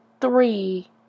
three